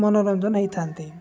ମନୋରଞ୍ଜନ ହେଇଥାନ୍ତି